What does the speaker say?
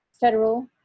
federal